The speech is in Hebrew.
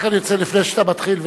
רק אני רוצה, לפני שאתה מתחיל,